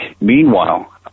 meanwhile